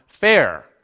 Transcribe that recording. fair